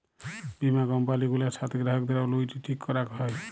বীমা কম্পালি গুলার সাথ গ্রাহকদের অলুইটি ঠিক ক্যরাক হ্যয়